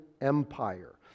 Empire